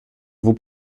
vous